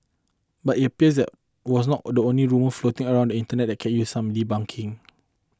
but it appears it was not the only rumour floating around the internet that can use some debunking